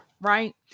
right